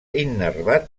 innervat